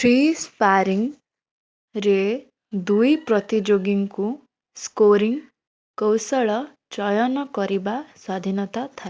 free ସ୍ପାରିଂରେ ଦୁଇ ପ୍ରତିଯୋଗୀଙ୍କୁ ସ୍କୋରିଂ କୌଶଳ ଚୟନ କରିବା ସ୍ୱାଧୀନତା ଥାଏ